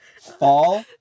fall